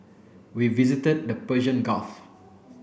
we visited the Persian Gulf